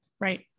Right